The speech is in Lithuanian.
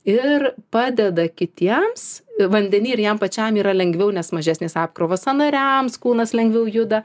ir padeda kitiems vandeny ir jam pačiam yra lengviau nes mažesnės apkrovos sąnariams kūnas lengviau juda